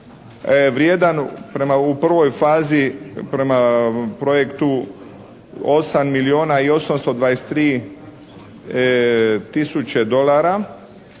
prema, u prvoj fazi prema projektu 8 milijuna i 823 tisuće dolara.